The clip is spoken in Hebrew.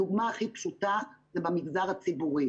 הדוגמא הכי פשוטה זה במגזר הציבורי.